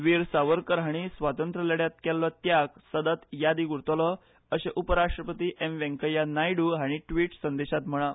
वीर सावरकर हांणी स्वातंत्र्य लड्यांत केल्लो त्याग सदांच यादीक उरतलो अशें उपरराष्ट्रपती एम वेंकय्या नायडू हांणी ट्विट संदेशांत म्हळां